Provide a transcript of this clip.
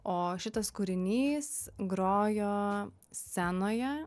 o šitas kūrinys grojo scenoje